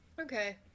Okay